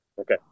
okay